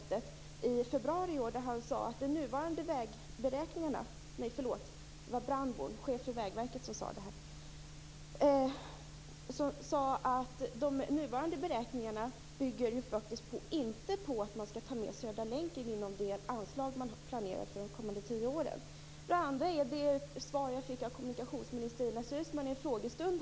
Det första är ett uttalande från Jan Brandborn, som är chef för Vägverket. Han sade att de nuvarande beräkningarna faktiskt inte bygger på att man skall ta med Södra länken inom det anslag som planeras för de kommande tio åren. Det andra är det svar som jag fick av kommunikationsminister Ines Uusmann vid en frågestund.